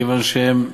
כיוון שהם,